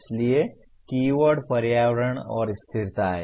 इसलिए कीवर्ड पर्यावरण और स्थिरता हैं